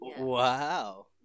Wow